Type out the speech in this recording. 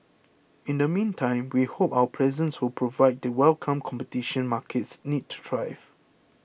in the meantime we hope our presence will provide the welcome competition markets need to thrive